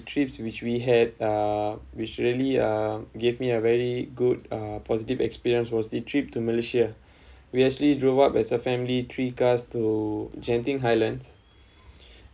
trips which we had uh literally uh give me a very good uh positive experience was the trip to malaysia we actually drove up as a family three cars to genting highlands